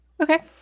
Okay